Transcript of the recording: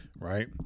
right